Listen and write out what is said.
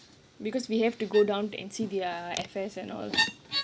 because we have to go down and see their F_S and all